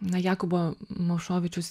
na jakubo mošovičius